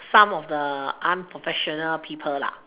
some of the unprofessional people lah